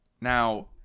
Now